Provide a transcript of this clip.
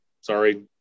sorry